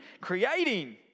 creating